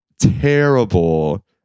terrible